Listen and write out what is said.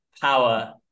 power